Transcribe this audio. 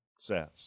says